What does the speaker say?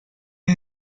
han